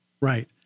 right